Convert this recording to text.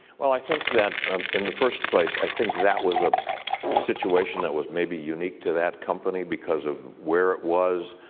well, i think that in the first place i think that was a a situation that was maybe unique to that company because of where it was,